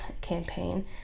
Campaign